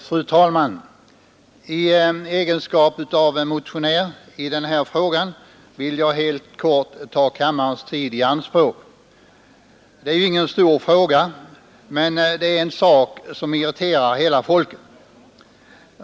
Fru talman! I egenskap av motionär i denna fråga vill jag helt kort ta kammarens tid i anspråk. Detta är ju ingen stor fråga men det är en sak som irriterar hela folket.